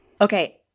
Okay